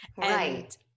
Right